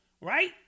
right